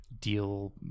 deal